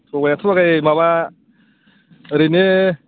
थगायाथ' थगाया माबा ओरैनो